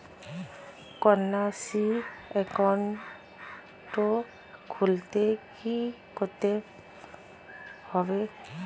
Kanyashree account খুলতে কী করতে হবে?